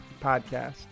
Podcast